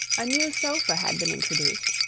a new sofa had been introduced,